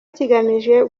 kigamije